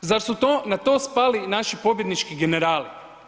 Zar su na to spali naši pobjednički generali?